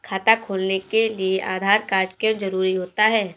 खाता खोलने के लिए आधार कार्ड क्यो जरूरी होता है?